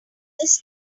this